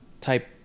type